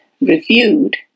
reviewed